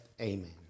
amen